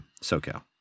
SoCal